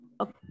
Okay